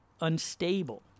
unstable